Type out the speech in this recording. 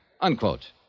Unquote